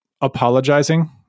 apologizing